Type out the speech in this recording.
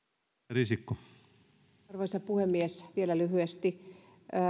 arvoisa puhemies vielä lyhyesti